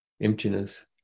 emptiness